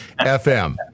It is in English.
FM